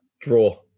draw